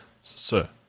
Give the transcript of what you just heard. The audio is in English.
sir